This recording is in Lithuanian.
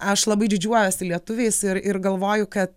aš labai didžiuojuosi lietuviais ir ir galvoju kad